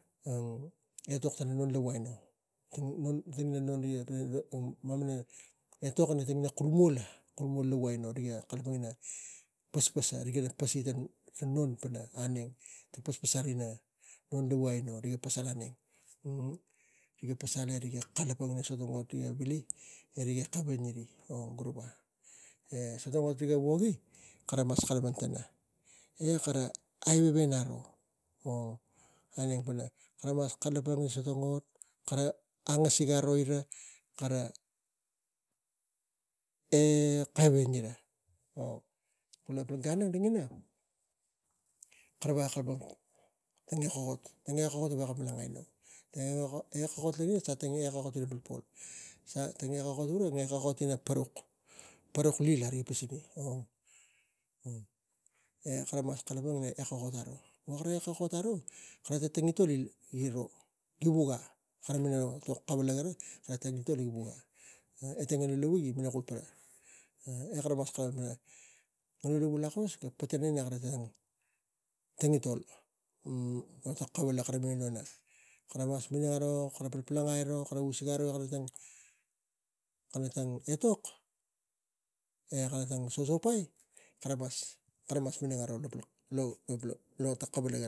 Ina ngen alu, ina kua lava gan ina ngen alu ina gan ina ngen e tang gan ang gavek lava lo ga kalapang pana gan aino, aino gan ina ngen aino, siva e pal gan ang ta reis lava rik ngen reis ga tokon pok pokani palangai etok aino inang rik pal gan ang, inang e aino paliu e tang lotu moi ima e omo tang ina lain misinari e fiji riga suk lotu ima e omo ga me sinuk e ga rik me mat ekeng e ina lotuu ga inang epuk. Inang auneng e lovongai inang auneng e kuli siva tang lotu methodist ga ima ekeng tang ina non ekeng minang ma kana lotu aino methodist e gara pal gan ang ne non pakik lava minang e potok lo mamana siva akamus tang lotu pakik ga veko lotu ina methodist lava ga inang epuk lava. Giro ina palpalangai nak kus pana giro paliu sumi akamus mik polongani kak etok vo naga etok aro, tang malmalasup ina etok giro nak pising giro sumi akamus ina palangani ina etok gara. E mik mas polongau